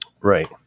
Right